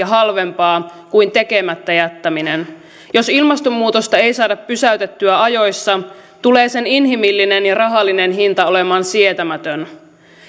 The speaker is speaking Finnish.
halvempaa kuin tekemättä jättäminen jos ilmastonmuutosta ei saada pysäytettyä ajoissa tulee sen inhimillinen ja rahallinen hinta olemaan sietämätön